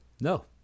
No